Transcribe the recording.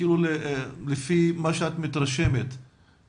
לפי מה שאת מתרשמת,